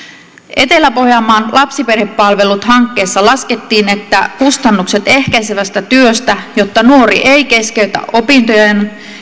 etelä pohjanmaan lapsiperhepalvelut hankkeessa laskettiin että kustannukset ehkäisevästä työstä jotta nuori ei keskeytä opintojaan